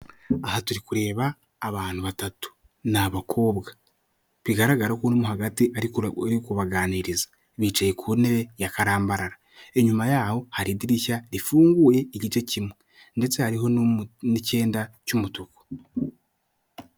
Aha turi kureba abantu batatu, ni abakobwa. Bigaragara ko uri mo hagati ari kubaganiriza bicaye ku ntebe ya karambara, inyuma yaho hari idirishya rifunguye igice kimwe ndetse hariho n'icyenda cy'umutuku.